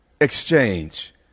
exchange